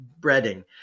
breading